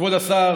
כבוד השר,